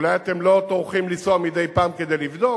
ואולי אתם לא טורחים לנסוע מדי פעם כדי לבדוק.